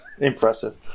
impressive